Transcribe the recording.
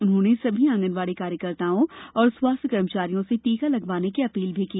उन्होंने सभी आगनबाड़ी कार्यकर्ताओं और स्वास्थ्य कर्मचारियों से टीका लगवाने की अपील भी की